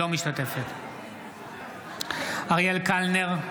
אינה משתתפת בהצבעה אריאל קלנר,